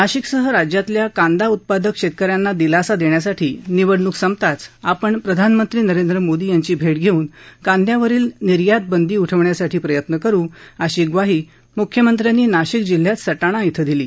नाशिकसह राज्यातल्या कांदा उत्पादक शेतकऱ्यांना दिलासा देण्यासाठी निवडणूक संपताच आपण प्रधानमंत्री नरेंद्र मोदी यांची भेट घेऊन कांद्यावरील निर्यात बंदी उठवण्यासाठी आपण प्रयत्न करू अशी ग्वाही मुख्यमंत्र्यांनी नाशिक जिल्ह्यात सटाणा इथं दिली